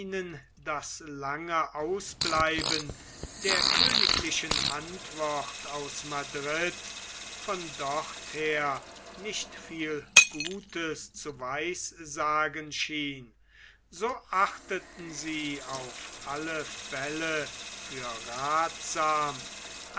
das lange ausbleiben der königlichen antwort aus madrid von dorther nicht viel gutes zu weissagen schien so achteten sie auf alle fälle für rathsam